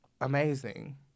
amazing